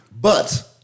But-